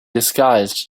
disguised